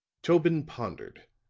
tobin pondered.